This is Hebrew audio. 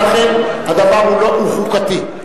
ולכן הדבר הוא חוקתי.